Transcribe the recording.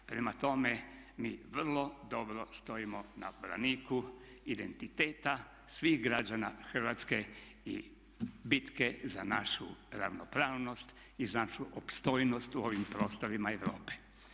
Prema tome, mi vrlo dobro stojimo na braniku identiteta svih građana Hrvatske i bitke za našu ravnopravnost i za našu opstojnost u ovim prostorima Europe.